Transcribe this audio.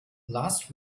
last